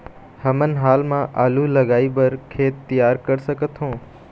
हमन हाल मा आलू लगाइ बर खेत तियार कर सकथों?